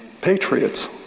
patriots